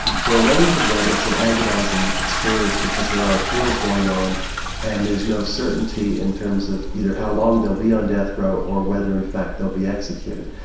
for a range of them it's an agonising experience because there are appeals going on and there's no certainty in terms of either how long they'll be on death row or whether in fact they'll be executed.